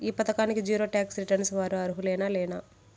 ఈ పథకానికి zero tax returns వారు అర్హులేనా లేనా?